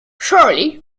surely